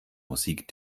musik